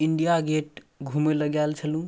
India Gate घुमैलए गेल छलहुँ